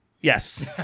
Yes